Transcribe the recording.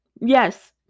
yes